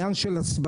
זה עניין של הסברה.